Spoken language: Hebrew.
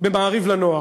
ב"מעריב לנוער",